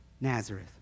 Nazareth